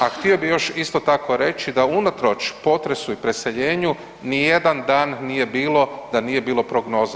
A htio bi još isto tako reći da unatoč potresu i preseljenju nijedan dan nije bilo da nije bilo prognoze.